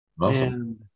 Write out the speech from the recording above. Awesome